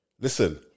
Listen